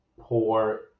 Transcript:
pour